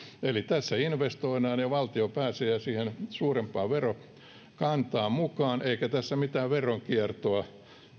eli tässä investoidaan ja valtio pääsee siihen suurempaan verokantaan mukaan eikä tässä mitään veronkiertoa